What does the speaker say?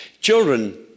Children